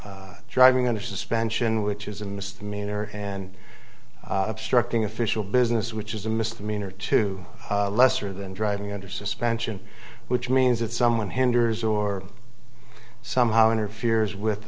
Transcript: of driving under suspension which is a misdemeanor and obstructing official business which is a misdemeanor to lesser than driving under suspension which means that someone hinders or somehow interferes with